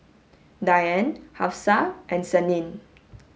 Dian Hafsa and Senin